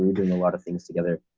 we were doing a lot of things together.